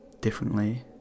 differently